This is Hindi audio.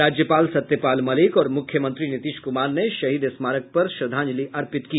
राज्यपाल सत्यपाल मलिक और मुख्यमंत्री नीतीश कुमार ने शहीद स्मारक पर श्रद्वांजलि अर्पित की